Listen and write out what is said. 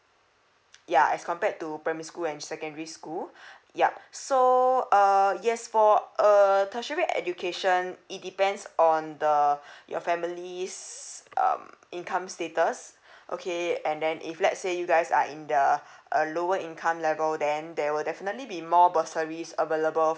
ya as compared to primary school and secondary school yup so uh yes for err tertiary education it depends on the your families um income status okay and then if let's say you guys are in the uh lower income level then there will definitely be more bursaries available